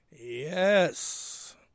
Yes